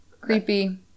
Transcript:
creepy